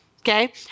okay